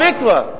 יאללה, מספיק כבר.